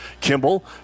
Kimball